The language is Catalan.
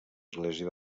església